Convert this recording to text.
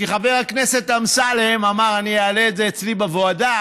כי חבר הכנסת אמסלם אמר: אני אעלה את זה אצלי בוועדה,